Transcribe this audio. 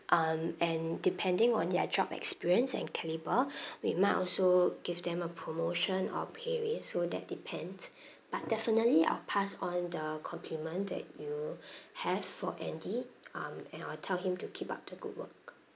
um and depending on their job experience and caliber we might also give them a promotion or a pay raise so that depends but definitely I'll pass on the compliment that you have for andy um and I'll tell him to keep up the good work